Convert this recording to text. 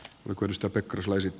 lakonista pekkaslaiset